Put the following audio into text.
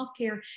healthcare